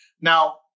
Now